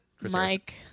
Mike